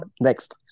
next